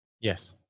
Yes